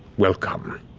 welcome.